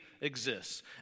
exists